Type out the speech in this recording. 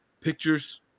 pictures